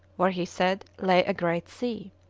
where he said lay a great sea.